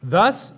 Thus